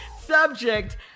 Subject